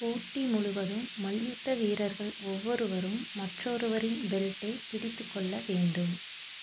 போட்டி முழுவதும் மல்யுத்த வீரர்கள் ஒவ்வொருவரும் மற்றொருவரின் பெல்ட்டை பிடித்து கொள்ள வேண்டும்